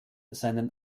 seinen